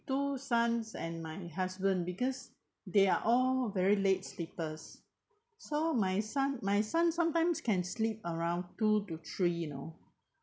two sons and my husband because they are all very late sleepers so my son my son sometimes can sleep around two to three you know